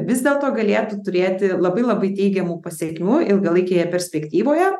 vis dėlto galėtų turėti labai labai teigiamų pasekmių ilgalaikėje perspektyvoje